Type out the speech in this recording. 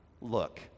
Look